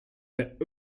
that